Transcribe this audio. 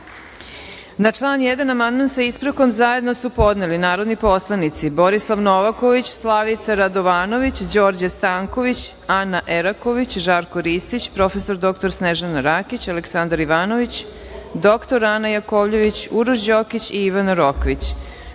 Na član 1. amandman, sa ispravkom, zajedno su podneli narodni poslanici Borislav Novaković, Slavica Radovanović, Đorđe Stanković, Ana Eraković, Žarko Ristić, prof. dr Snežana Rakić, Aleksandar Ivanović dr Ana Jakovljević, Uroš Đokić i Ivana Rokvić. Primili